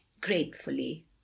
gratefully